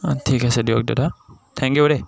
অঁ ঠিক আছে দিয়ক দাদা থেংক ইউ দেই